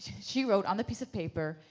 she wrote on the piece of paper,